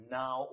now